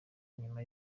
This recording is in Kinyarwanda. nyuma